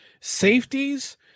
Safeties